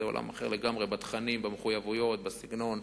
זה עולם אחר לגמרי בתכנים, במחויבויות, בסגנון,